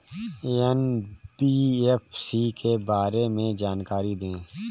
NBFC के बारे में जानकारी दें?